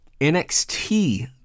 NXT